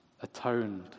atoned